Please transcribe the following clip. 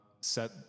set